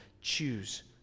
choose